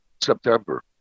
September